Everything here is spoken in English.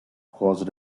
caused